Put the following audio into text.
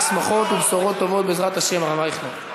רק שמחות ובשורות טובות, בעזרת השם, הרב אייכלר.